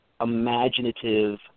imaginative